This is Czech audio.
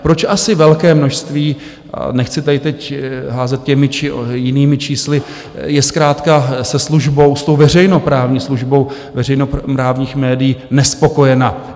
Proč asi velké množství, a nechci tady teď házet těmi či jinými čísly, je zkrátka se službou, s tou veřejnoprávní službou veřejnoprávních médií nespokojena?